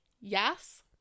Yes